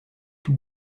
tout